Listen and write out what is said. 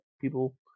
people